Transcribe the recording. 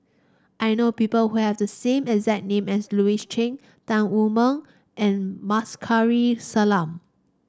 I know people who have the same exact name as Louis Chen Tan Wu Meng and Kamsari Salam